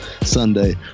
Sunday